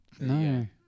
no